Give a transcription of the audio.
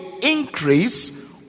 increase